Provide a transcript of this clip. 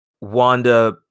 Wanda